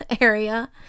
area